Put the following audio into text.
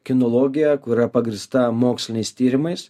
kinologija kur yra pagrįsta moksliniais tyrimais